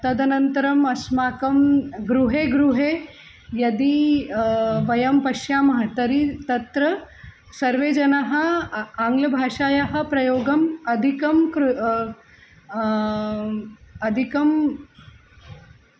तदनन्तरम् अस्माकं गृहे गृहे यदि वयं पश्यामः तर्हि तत्र सर्वे जनाः आङ्ग्लभाषायाः प्रयोगम् अधिकं कृ अधिकं